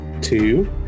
two